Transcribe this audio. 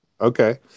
Okay